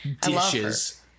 Dishes